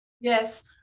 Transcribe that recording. Yes